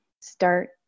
start